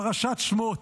פרשת שמות.